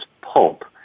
pulp